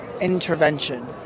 intervention